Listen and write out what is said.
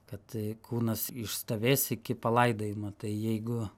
kad kūnas išstovės iki palaidojimo tai jeigu